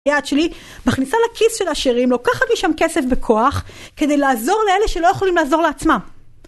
יעד שלי מכניסה לכיס של עשירים, לוקחת מי שם כסף בכוח, כדי לעזור לאלה שלא יכולים לעזור לעצמם.